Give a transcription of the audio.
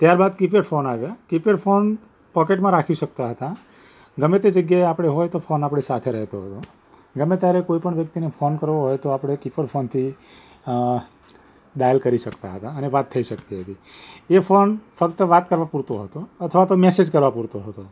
ત્યાર બાદ keypad phone આવ્યા કીપેડ ફોન પૉકેટમાં રાખી શકતા હતા ગમે તે જગ્યાએ આપણે હોય તો ફોન આપણી સાથે રહેતો હતો ગમે ત્યારે કોઈપણ વ્યક્તિને ફોન કરવો હોય તો આપણે કી પેડ ફોનથી ડાયલ કરી શકતા હતા અને વાત થઇ શકતી હતી એ ફોન ફક્ત વાત કરવા પૂરતો હતો અથવા તો મૅસેજ કરવા પૂરતો હતો